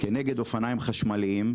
כנגד אופניים חשמליים,